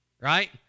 right